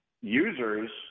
users